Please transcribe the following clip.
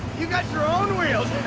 you've got your own wheels.